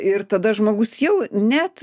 ir tada žmogus jau net